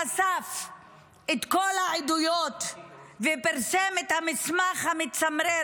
העברית שאסף את כל העדויות ופרסם את המסמך המצמרר,